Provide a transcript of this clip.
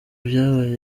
byabaye